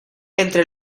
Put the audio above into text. entre